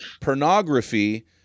pornography